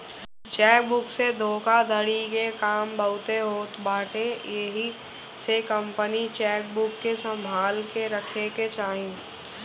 check book से धोखाधड़ी के काम बहुते होत बाटे एही से अपनी चेकबुक के संभाल के रखे के चाही